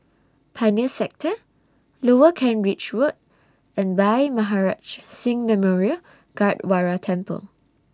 Pioneer Sector Lower Kent Ridge Road and Bhai Maharaj Singh Memorial Gurdwara Temple